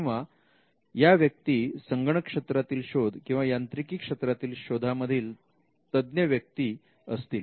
किंवा ह्या व्यक्ती संगणक क्षेत्रातील शोध किंवा यांत्रिकी क्षेत्रातील शोधा मधील तज्ञ व्यक्ती तज्ञ असतील